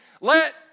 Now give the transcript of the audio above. Let